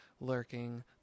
lurking